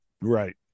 Right